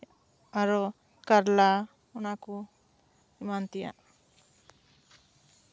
ᱟᱨᱦᱚᱸ ᱠᱟᱨᱞᱟ ᱚᱱᱟ ᱠᱚ ᱮᱢᱟᱱ ᱛᱮᱭᱟᱜ